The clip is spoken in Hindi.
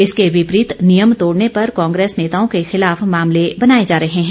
इसके विपरीत नियम तोड़ने पर कांग्रेस नेताओं के खिलाफ मामले बनाए जा रहे हैं